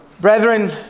Brethren